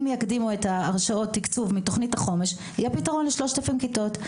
אם יקדימו את הרשאות התקצוב מתוכנית החומש יהיה פתרון ל-3,000 כיתות.